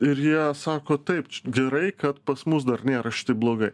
ir jie sako taip gerai kad pas mus dar nėra šitaip blogai